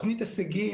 תוכנית "הישגים",